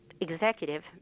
executive